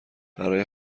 برای